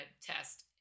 test